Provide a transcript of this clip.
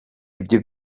ibyo